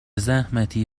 زحمتی